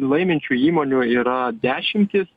laiminčių įmonių yra dešimtys